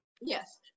Yes